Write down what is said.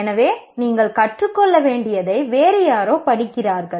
எனவே நீங்கள் கற்றுக் கொள்ள வேண்டியதை வேறு யாரோ படிக்கிறார்கள்